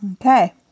Okay